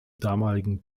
damaligen